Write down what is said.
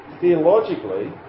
theologically